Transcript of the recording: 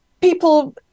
People